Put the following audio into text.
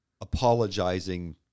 apologizing